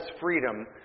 freedom